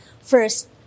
First